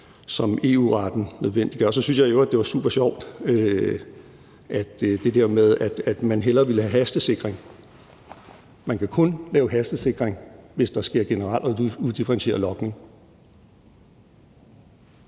som EU-retten nødvendiggør. Så synes jeg i øvrigt, at det der med, at man hellere ville have hastesikring, var supersjovt. Man kan kun lave hastesikring, hvis der sker generel og udifferentieret logning.